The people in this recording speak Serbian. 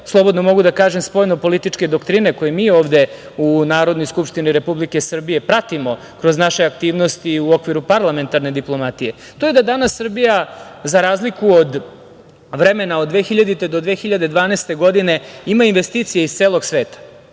slobodno mogu da kažem, spoljno-političke doktrine koju mi ovde u Narodnoj skupštini Republike Srbije pratimo kroz naše aktivnosti u okviru parlamentarne diplomatije? To je da danas Srbija, za razliku od vremena od 2000. do 2012. godine ima investicije iz celog sveta.